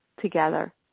together